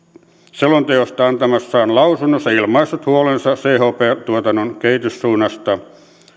selonteosta antamassaan lausunnossa ilmaissut huolensa chp tuotannon kehityssuunnasta